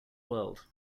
world